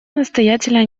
настоятельная